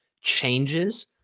changes